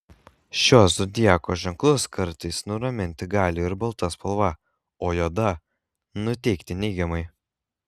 šiuos zodiako ženklus kartais nuraminti gali ir balta spalva o juoda nuteikti neigiamai